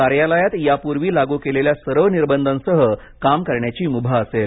कार्यालयात यापूर्वी लागू केलेल्या सर्व निर्बंधांसह काम करण्याची मुभा असेल